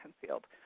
concealed